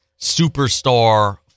superstar